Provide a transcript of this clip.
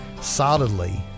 solidly